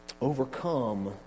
Overcome